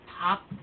top